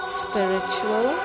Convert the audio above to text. spiritual